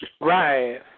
Right